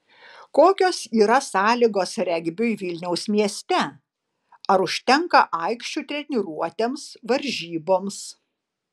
kokios yra sąlygos regbiui vilniaus mieste ar užtenka aikščių treniruotėms varžyboms